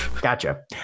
Gotcha